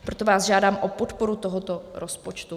Proto vás žádám o podporu tohoto rozpočtu.